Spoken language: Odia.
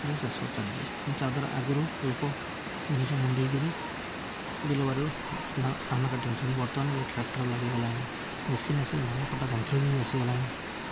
ରେ ଚାଷ ଚାଲିଛି ତେଣୁ ତାଦ୍ୱାରା ଆଗରୁ ଲୋକ ଜିନିଷ ମୁଣ୍ଡେଇକିରି ବିଲବାରିରୁ ଧାନ କାଟୋଉଛନ୍ତି ବର୍ତ୍ତମାନ ଏବେ ଟ୍ରାକ୍ଟର ଲାଗିଗଲାଣି ମେସିନ ଆସିଲା ଧାନ କଟା ଯନ୍ତ୍ର ବି ଆସିଗଲାଣି